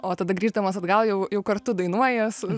o tada grįždamas atgal jau jau kartu dainuoji su